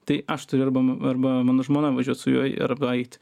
tai aš turiu arba arba mano žmona važiuot su juo arba eit